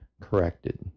corrected